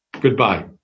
Goodbye